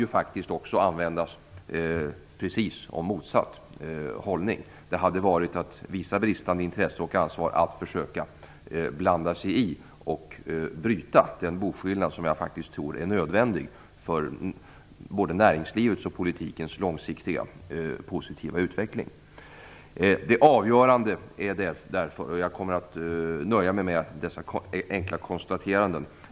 Samma formulering kan faktiskt användas om precis motsatt hållning; det hade varit att visa bristande intresse och ansvar om regeringen försökt blanda sig i och bryta boskillnaden. Jag tror faktiskt att den är nödvändig för både näringslivets och politikens långsiktiga positiva utveckling. Jag kommer att nöja mig med dessa enkla konstateranden.